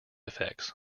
effects